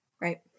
Right